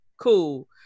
Cool